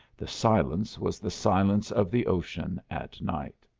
the silence was the silence of the ocean at night.